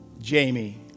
jamie